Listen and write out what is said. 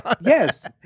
yes